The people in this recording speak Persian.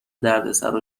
دردسرا